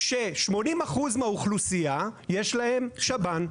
של-80% מהאוכלוסייה יש שב"ן.